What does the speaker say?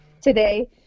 today